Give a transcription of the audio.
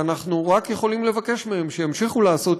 אנחנו רק יכולים לבקש מהם שימשיכו לעשות